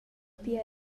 pia